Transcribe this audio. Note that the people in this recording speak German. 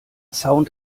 sound